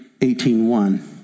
18.1